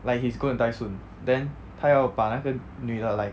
like he's gonna die soon then 他要把那个女的 like